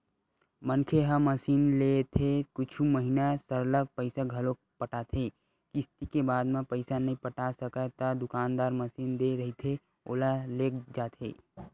मनखे ह मसीनलेथे कुछु महिना सरलग पइसा घलो पटाथे किस्ती के बाद म पइसा नइ पटा सकय ता दुकानदार मसीन दे रहिथे ओला लेग जाथे